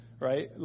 right